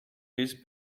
his